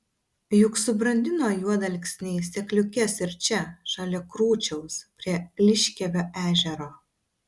juk subrandino juodalksniai sėkliukes ir čia šalia krūčiaus prie liškiavio ežero